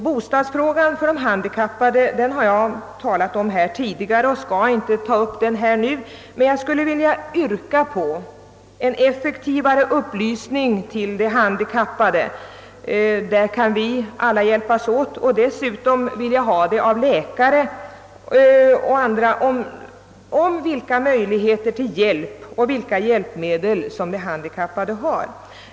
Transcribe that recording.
Bostadsfrågan för de handikappade har jag talat om tidigare och skall inte ta upp nu, men jag vill yrka på en effektivare upplysning till de handikappade. Vi kan alla hjälpas åt härmed och dessutom vill jag att upplysning skall ges från läkare och andra om vilka möjligheter till hjälp och vilka hjälpmedel de handikappade har.